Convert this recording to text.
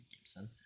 Gibson